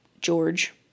George